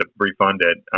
ah refund it,